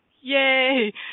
Yay